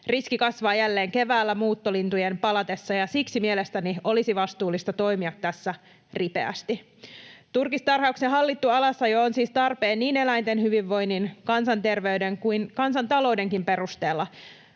Riski kasvaa jälleen keväällä muuttolintujen palatessa, ja siksi mielestäni olisi vastuullista toimia tässä ripeästi. Turkistarhauksen hallittu alasajo on siis tarpeen niin eläinten hyvinvoinnin, kansanterveyden kuin kansantaloudenkin perusteella.